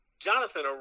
Jonathan